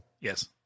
Yes